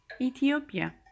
Ethiopia